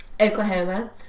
Oklahoma